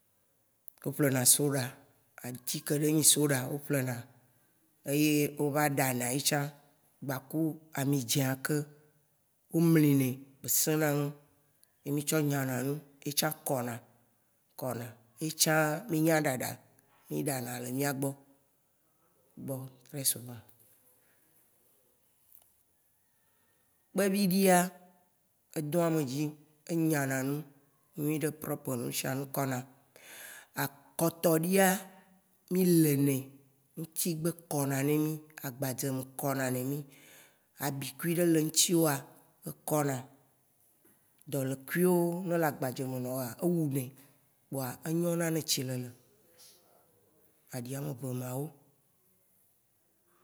Wo ƒle na soɖa wo ƒle na eye wo va ɖa na ye tsã ku ami dzẽa ke wo mle nɛ wo senaŋu ye mi tsɔ nya na nu ye tsã kɔna, kɔna, ye tsã mi nya ɖaɖa mi ɖa na le mia gbɔ. Bon très souvent kpeviɖia edɔ ame dzi. enya na nu nyui ɖe prope nu shia kɔna. Akɔtɔɖia mi le nɛ ŋtsi gbe kɔna ne mi. agbadzɛ me kɔna ne mi, abikui ɖe le ŋtsi woa ekɔna dɔlekuiwo ne le agbadze me nɔwoa ewu nɛ kpoa enyo na ne tsi lele aɖi ame ve mawo.